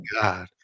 god